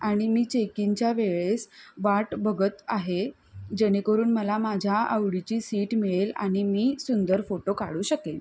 आणि मी चेकिंगच्या वेळेस वाट बघत आहे जेणेकरून मला माझ्या आवडीची सीट मिळेल आणि मी सुंदर फोटो काढू शकेल